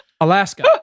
Alaska